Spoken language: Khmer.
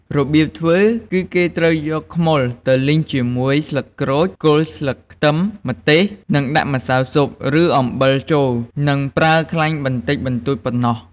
របៀបធ្វើ គឺគេត្រូវយកខ្មុលទៅលីងជាមួយស្លឹកក្រូច គល់ស្លឹកខ្ទឹម ម្ទេស ហើយដាក់ម្សៅស៊ុប ឬអំបិលចូល និងប្រើខ្លាញ់បន្តិចបន្តួចប៉ុណ្ណោះ។